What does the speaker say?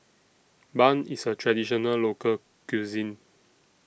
Bun IS A Traditional Local Cuisine